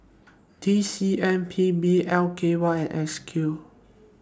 T C M P B L K Y S Q